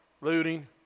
looting